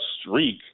streak